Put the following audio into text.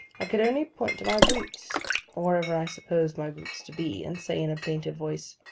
i could only point to my boots or wherever i supposed my boots to be and say in a plaintive voice,